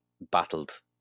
battled